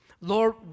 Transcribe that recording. Lord